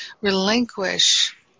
relinquish